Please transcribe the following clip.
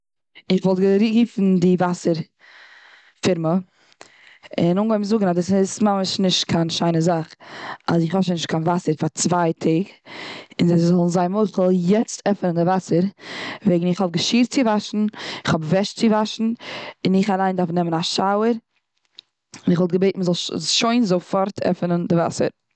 איך וואלט גערופן די וואסער פירמע. און אנגעהויבן זאגן אז דאס איז ממש נישט א שיינע זאך אז איך האב שוין נישט קיין וואסער פאר צוויי טעג. און זיי זאלן זיין מוחל יעצט עפענען די וואסער. וועגן איך האב געשיר צו וואשן. איך האב וועש צו וואשן. און איך אליין דארף נעמען א שויער. און איך וואלט געבעטן אז מ'זאל שוין זאפארט עפענען די וואסער.